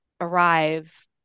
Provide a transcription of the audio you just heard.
arrive